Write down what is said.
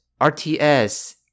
RTS